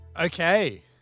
Okay